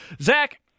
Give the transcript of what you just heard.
Zach